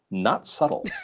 not subtle!